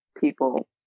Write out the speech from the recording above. people